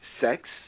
sex